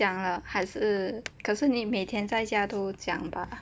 讲了还是可是你每天在家都讲吧